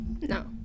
No